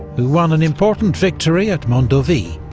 who won an important victory at mondovi,